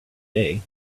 day